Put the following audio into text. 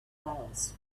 veils